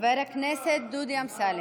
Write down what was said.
חבר הכנסת דודי אמסלם.